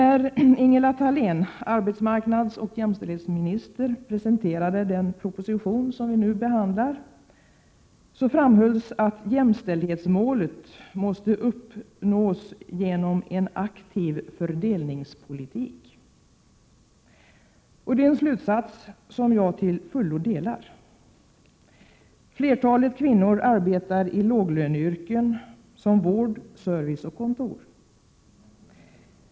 När Ingela Thalén, arbetsmarknadsoch jämställdhetsminister, presenterade den proposition som vi nu behandlar framhölls att jämställdhetsmålet måste uppnås genom en aktiv fördelningspolitik. Det är en slutsats som jag till fullo delar. Flertalet kvinnor arbetar i låglöneyrken som t.ex. vård, service och kontor.